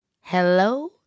Hello